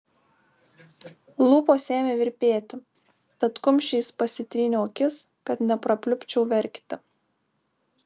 lūpos ėmė virpėti tad kumščiais pasitryniau akis kad neprapliupčiau verkti